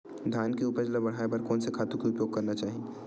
धान के उपज ल बढ़ाये बर कोन से खातु के उपयोग करना चाही?